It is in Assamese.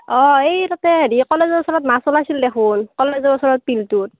অ' এই তাতে হেৰি কলেজৰ ওচৰত মাছ ওলাইছিল দেখুন কলেজৰ ওচৰত বিলটোত